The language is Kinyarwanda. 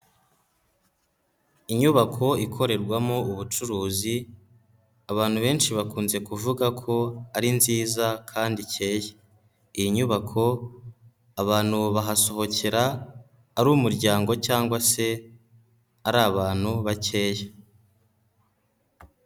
Inyubako ikorerwamo ubucuruzi, abantu benshi bakunze kuvuga ko ari nziza kandi ikeye, iyi nyubako abantu bahasohokera ari umuryango cyangwa se ari abantu bakeya.